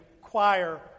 choir